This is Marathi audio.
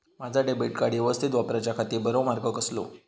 माजा डेबिट कार्ड यवस्तीत वापराच्याखाती बरो मार्ग कसलो?